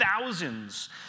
thousands